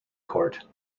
court